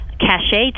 cachet